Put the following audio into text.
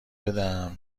بدم